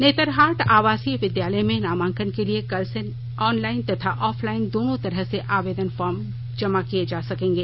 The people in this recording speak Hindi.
नेतरहाट आवासीय विद्यालय में नामांकन के लिए कल से ऑनलाइन तथा ऑफलाइन दोनों तरह से आवेदन फार्म जमा किये जा सकेंगे